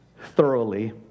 thoroughly